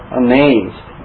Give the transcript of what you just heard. amazed